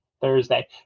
Thursday